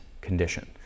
condition